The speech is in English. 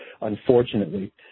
unfortunately